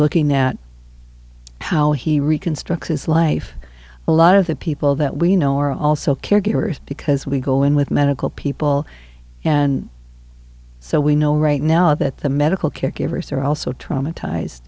looking at how he reconstruct his life a lot of the people that we know are also caregivers because we go in with medical people and so we know right now that the medical caregivers are also